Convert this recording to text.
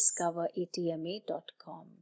discoveratma.com